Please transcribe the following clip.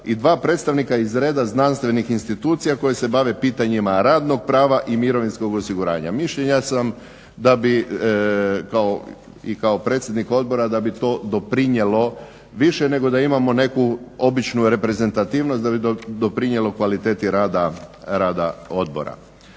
i 2 predstavnika iz reda znanstvenih institucija koje se bave pitanjima radnog prava i mirovinskog osiguranja. Mišljenja sam da bi kao i predsjednik odbora, da bi to doprinijelo više nego da imamo neku običnu reprezentativnost, da bi doprinijelo kvaliteti rada odbora.